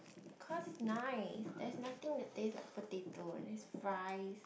cause it's nice there's nothing that tastes like potato and there's fries